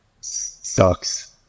sucks